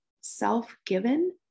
self-given